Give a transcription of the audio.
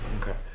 Okay